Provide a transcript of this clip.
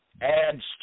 adds